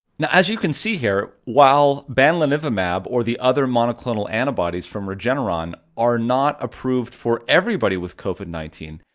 now as you can see here, while bamlanivimab or the other monoclonal antibodies from regeneron are not approved for everybody with covid nineteen,